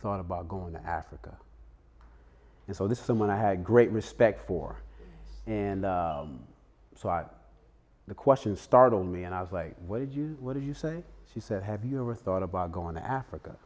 thought about going to africa and so this someone i had a great respect for and so the question startled me and i was like what did you what do you say she said have you ever thought about going to africa